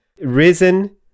risen